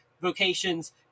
vocations